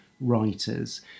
writers